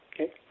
Okay